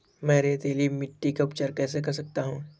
मैं रेतीली मिट्टी का उपचार कैसे कर सकता हूँ?